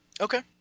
Okay